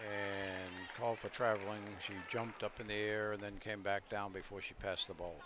and call for travelling she jumped up in the air then came back down before she passed the ball